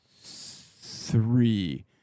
three